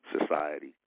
society